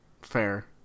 Fair